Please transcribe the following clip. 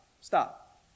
stop